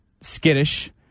skittish